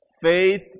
Faith